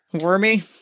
wormy